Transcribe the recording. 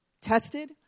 Tested